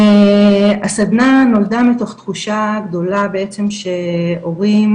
הסדנה נולדה מתוך תחושה גדולה בעצם שהורים